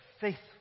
faithful